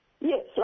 Yes